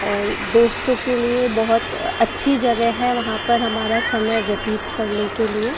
और दोस्तों के लिए बहुत अच्छी जगह है वहाँ पर हमारा समय व्यतीत करने के लिए